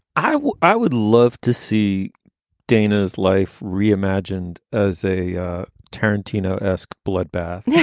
i i would love to see dana's life reimagined as a tarantino esque bloodbath, yeah